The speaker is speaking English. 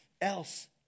else